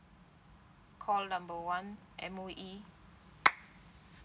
call number one M_O_E